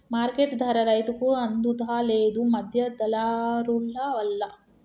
market ధర రైతుకు అందుత లేదు, మధ్య దళారులవల్ల